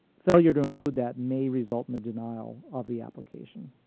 failure to include that may result in a denial of the application.